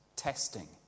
testing